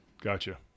Gotcha